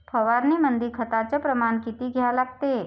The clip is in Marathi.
फवारनीमंदी खताचं प्रमान किती घ्या लागते?